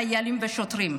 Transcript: חיילים ושוטרים: